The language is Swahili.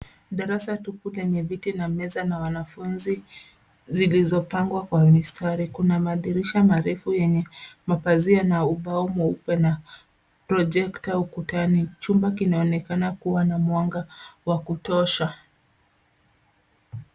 Darasa tupu lenye viti na meza na wanafunzi zilizopangwa kwa mistari. Kuna madirisha marefu yenye mapazia na ubao mweupe na projekta ukutani. Chumba kinaonekana kuwa na mwanga wa kutosha.